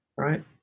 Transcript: Right